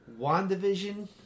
WandaVision